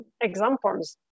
examples